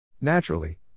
Naturally